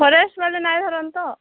forest ବାଲେ ନାଇଁ ଧରନ୍ ତ